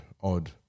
odd